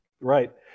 Right